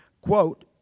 quote